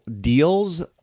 deals